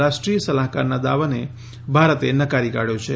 રાષ્ટ્રીય સલાહકારના દાવાને ભારતે નકારી કાઢ્યો છે